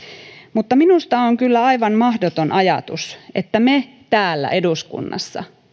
mutta minusta on kyllä aivan mahdoton ajatus että me täällä eduskunnassa